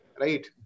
right